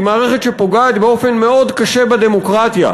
מערכת שפוגעת באופן מאוד קשה בדמוקרטיה.